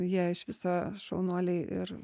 jie iš viso šaunuoliai ir